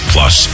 Plus